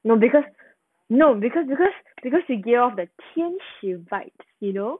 no because no because because because he get of the 天使 vibe you know